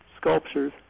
Sculptures